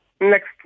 Next